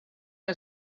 que